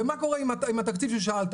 ומה קורה עם התקציב ששאלת,